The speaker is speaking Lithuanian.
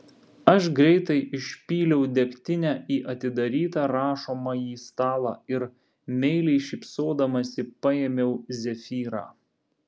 aš greitai išpyliau degtinę į atidarytą rašomąjį stalą ir meiliai šypsodamasi paėmiau zefyrą